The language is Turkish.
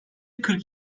kırk